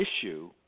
issue